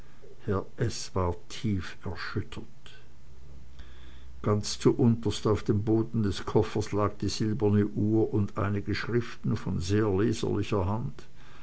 s war tief erschüttert ganz zu unterst auf dem boden des koffers lag die silberne uhr und einige schriften von sehr leserlicher hand